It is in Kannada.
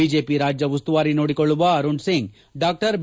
ಬಿಜೆಪಿ ರಾಜ್ಯ ಉಸ್ತುವಾರಿ ನೋಡಿಕೊಳ್ಳುವ ಅರುಣ್ ಸಿಂಗ್ ಡಾ ಬಿ